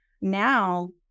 Now